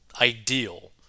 ideal